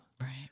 right